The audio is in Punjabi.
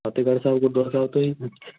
ਫਤਿਹਗੜ੍ਹ ਸਾਹਿਬ ਗੁਰਦੁਆਰਾ ਸਾਹਿਬ ਤੋਂ ਜੀ